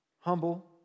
Humble